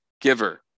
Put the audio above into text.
giver